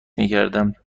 میکردم